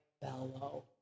bellow